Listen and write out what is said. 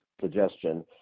suggestion